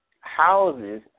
houses